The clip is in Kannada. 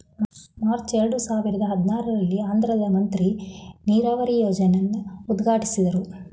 ಮಾರ್ಚ್ ಎರಡು ಸಾವಿರದ ಹದಿನಾರಲ್ಲಿ ಆಂಧ್ರದ್ ಮಂತ್ರಿ ನೀರಾವರಿ ಯೋಜ್ನೆನ ಉದ್ಘಾಟ್ಟಿಸಿದ್ರು